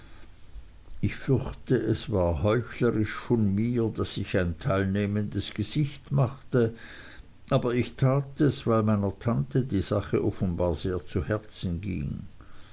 ich fürchte es war heuchlerisch von mir daß ich ein teilnehmendes gesicht machte aber ich tat es weil meiner tante die sache offenbar sehr zu herzen ging